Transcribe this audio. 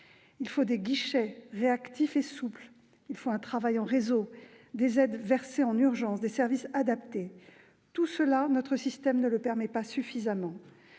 Il faut des guichets réactifs et souples, un travail en réseau, des aides versées en urgence, des services adaptés. Tout cela, notre système ne le permet pas suffisamment.